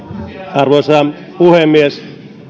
arvoisa puhemies